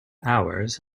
hours